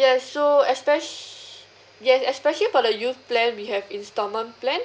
yes so especial~ yes especially for the youth plan we have installment plan